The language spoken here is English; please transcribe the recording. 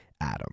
Adam